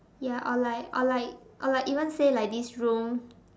ya or like or like or like even say like this room